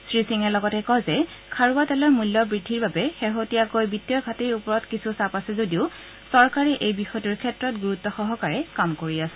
শ্ৰীসিঙে লগতে কয় যে খাৰুৱা তেলৰ মূল্য বৃদ্ধিৰ বাবে শেহতীয়া বিত্তীয় ঘাটিৰ ওপৰত কিছু ছাপ আছে যদিও চৰকাৰে এই বিষয়টোৰ ক্ষেত্ৰত গুৰুত্ব সহকাৰে কাম কৰি আছে